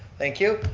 thank you.